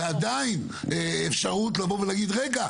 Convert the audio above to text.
ועדיין אפשרות לבוא ולהגיד: רגע,